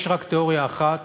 יש רק תיאוריה אחת